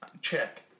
Check